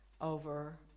over